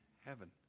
heaven